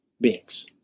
beings